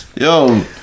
Yo